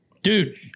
Dude